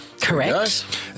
Correct